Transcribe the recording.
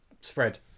spread